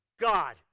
God